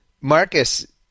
Marcus